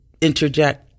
interject